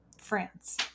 France